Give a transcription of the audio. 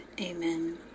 Amen